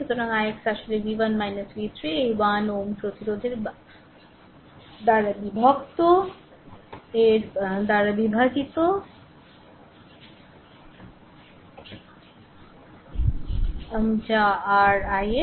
সুতরাং ix আসলে V 1 v3 এই 1 Ω প্রতিরোধের বিভক্ত এর বিভাজিত যা r ix